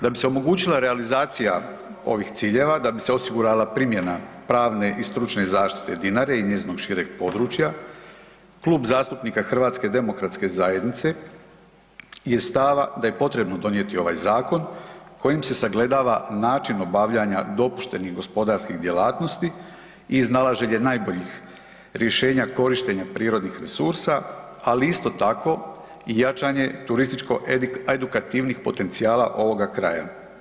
Da bi se omogućila realizacija ovih ciljeva, da bi se osigurala primjena pravne i stručne zaštite Dinare i njezinog šireg područja, Klub zastupnika HDZ-a je stava da je potrebno donijeti ovaj zakon kojim se sagledava način obavljanja dopuštenih gospodarskih djelatnosti i iznalaženje najboljih rješenja korištenja prirodnih resursa, ali isto tako, i jačanje turističko-edukativnih potencijala ovoga kraja.